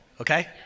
Okay